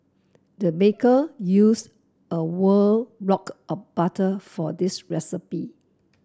the baker used a block of butter for this recipe